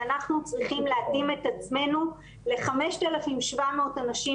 ואנחנו צריכים להתאים את עצמנו ל-5,700 אנשים